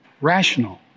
rational